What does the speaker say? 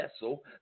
vessel